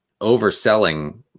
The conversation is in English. overselling